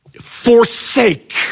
forsake